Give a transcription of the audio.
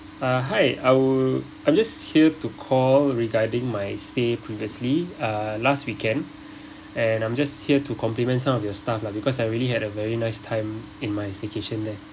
uh hi I would I'm just here to call regarding my stay previously uh last weekend and I'm just here to compliment some of your staff lah because I really had a very nice time in my staycation there